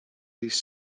these